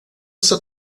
está